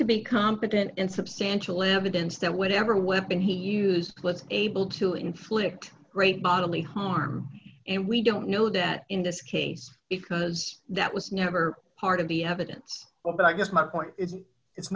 to be competent in substantial evidence that whatever a weapon he used good able to inflict great bodily harm and we don't know that in this case because that was never part of the evidence but i guess my point i